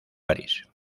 parís